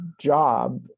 job